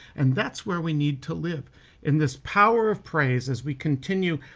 and that's where we need to live in this power of praise as we continue.